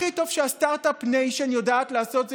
הכי טוב שהסטרטאפ ניישן יודעת לעשות זה